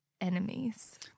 enemies